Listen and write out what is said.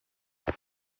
les